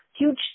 huge